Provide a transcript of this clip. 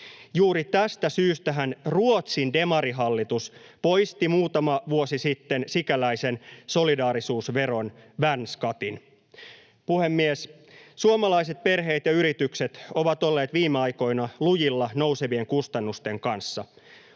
Juuri tästä syystähän Ruotsin demarihallitus poisti muutama vuosi sitten sikäläisen solidaarisuusveron, värnskattin. Puhemies! Suomalaiset perheet ja yritykset ovat olleet viime aikoina lujilla nousevien kustannusten kanssa.